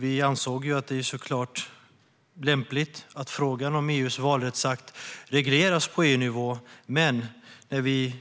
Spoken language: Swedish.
Vi ansåg att det såklart är lämpligt att frågan om EU:s valrättsakt regleras på EU-nivå, men när vi